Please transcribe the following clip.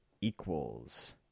Equals